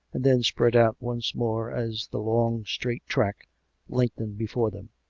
and then spread out once more as the long, straight track lengthened before them.